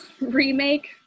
remake